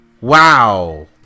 Wow